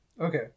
okay